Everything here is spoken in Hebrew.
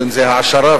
ואם העשרה,